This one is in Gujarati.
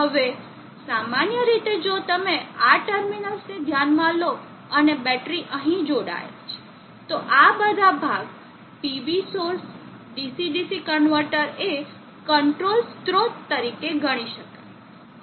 હવે સામાન્ય રીતે જો તમે આ ટર્મિનલ્સને ધ્યાનમાં લો અને બેટરી અહીં જોડાયેલ છે તો આ બધા ભાગ PV source DC DC converter એ કંટ્રોલ સ્ત્રોત તરીકે ગણી શકાય